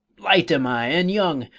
light am i and young,